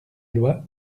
loi